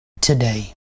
today